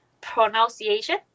pronunciation